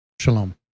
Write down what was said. Shalom